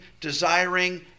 desiring